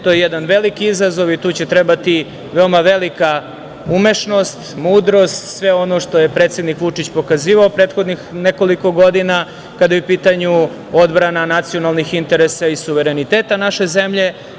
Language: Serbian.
To je jedan veliki izazov i to će trebati veoma velika umešnost, mudrost, sve ono što je predsednik Vučić pokazivao prethodnih nekoliko godina kada je u pitanju odbrana nacionalnih interesa i suvereniteta naše zemlje.